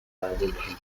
divided